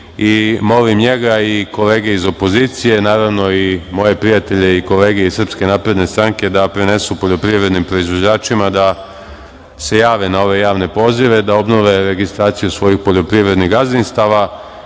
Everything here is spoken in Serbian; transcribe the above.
i molim njega i kolege iz opozicije, naravno i moje prijatelje i kolege iz SNS, da prenesu poljoprivrednim proizvođačima da se jave na ove javne pozive, da obnove registraciju svojih poljoprivrednih gazdinstava,